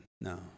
No